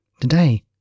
Today